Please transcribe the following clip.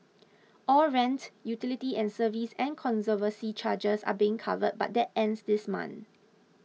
all rent utility and service and conservancy charges are being covered but that ends this month